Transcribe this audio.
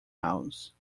house